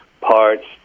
parts